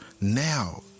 now